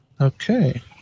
Okay